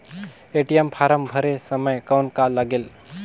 ATM form भरे समय कौन का लगेल?